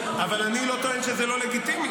אבל אני לא טוען שזה לא לגיטימי.